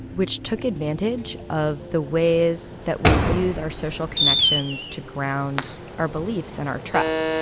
which took advantage of the ways that we use our social connections to ground our beliefs and our trust.